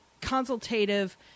consultative